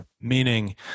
meaning